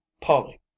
Polly